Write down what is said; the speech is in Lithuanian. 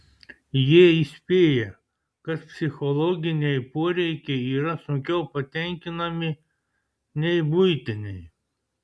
jie įspėja kad psichologiniai poreikiai yra sunkiau patenkinami nei buitiniai